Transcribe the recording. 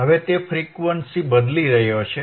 હવે તે ફ્રીક્વન્સી બદલી રહ્યો છે